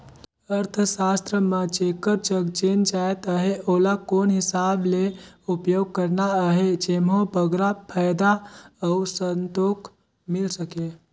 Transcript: अर्थसास्त्र म जेकर जग जेन जाएत अहे ओला कोन हिसाब ले उपयोग करना अहे जेम्हो बगरा फयदा अउ संतोक मिल सके